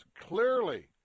clearly